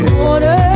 water